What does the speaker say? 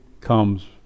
comes